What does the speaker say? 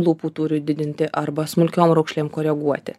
lūpų tūriui didinti arba smulkiom raukšlėm koreguoti